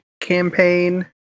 campaign